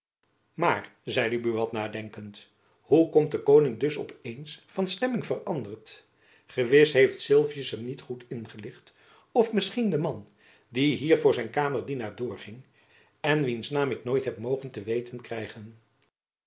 maar zeide buat nadenkend hoe komt de koning dus op eens van stemming veranderd gewis heeft sylvius hem niet goed ingelicht of misschien de man die hier voor zijn kamerdienaar doorging en wiens naam ik nooit heb mogen te weten krijgen